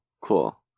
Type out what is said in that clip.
cool